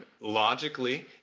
logically